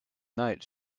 night